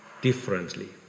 differently